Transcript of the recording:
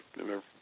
remember